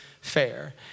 fair